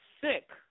sick